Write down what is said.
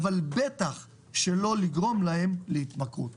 אבל בטח שלא לגרום להם להתמכרות.